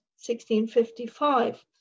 1655